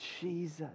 Jesus